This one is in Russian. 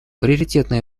приоритетное